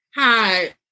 Hi